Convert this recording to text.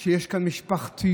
יש כאן משפחתיות,